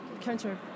counter